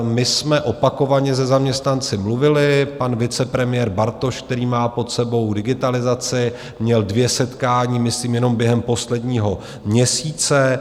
My jsme opakovaně se zaměstnanci mluvili, pan vicepremiér Bartoš, který má pod sebou digitalizaci, měl dvě setkání, myslím jenom během posledního měsíce.